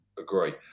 Agree